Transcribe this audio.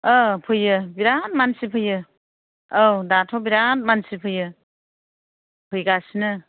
औ फैयो बिराद मानसि फैयो औ दाथ' बिराद मानसि फैयो फैगासिनो